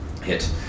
hit